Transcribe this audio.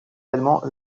allemands